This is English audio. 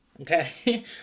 okay